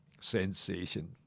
sensation